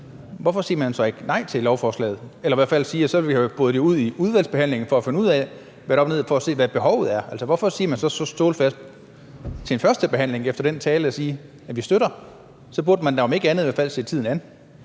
hvorfor siger man så ikke nej til lovforslaget – eller i hvert fald siger, at man vil have det boret ud i udvalgsbehandlingen, for at finde ud af, hvad der er op og ned i det, for at se, hvad behovet er? Altså, hvorfor siger man så så stålfast til en førstebehandling efter den tale, at man støtter det? Så burde man da om ikke andet i hvert fald se tiden an.